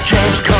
James